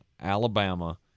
Alabama